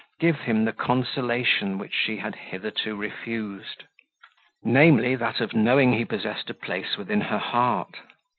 give him the consolation which she had hitherto refused namely, that of knowing he possessed a place within her heart.